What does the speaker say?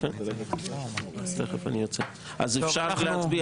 אפשר להצביע?